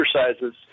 exercises